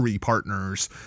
partners